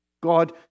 God